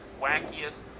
wackiest